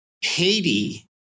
Haiti